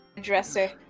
dresser